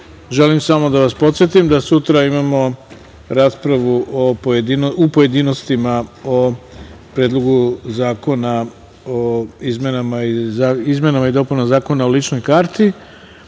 sati. Želim samo da vas podsetim da sutra imamo raspravu u pojedinostima o Predlogu zakona o izmenama i dopunama Zakona o ličnoj karti,